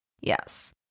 Yes